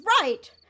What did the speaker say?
right